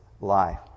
life